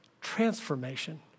transformation